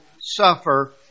suffer